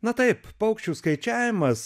na taip paukščių skaičiavimas